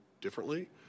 differently